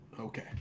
okay